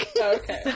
Okay